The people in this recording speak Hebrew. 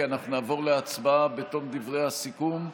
כי אנחנו נעבור להצבעה בתום דברי הסיכום,